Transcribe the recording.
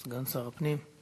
סגן שר הפנים.